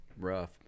rough